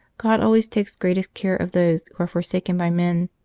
god always takes greatest care of those who are forsaken by men,